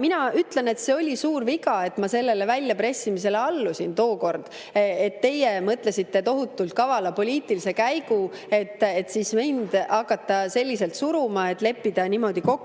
Mina ütlen, et see oli suur viga, et ma sellele väljapressimisele allusin tookord. Teie mõtlesite tohutult kavala poliitilise käigu, et siis mind hakata selliselt suruma, et leppida niimoodi kokku.